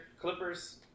Clippers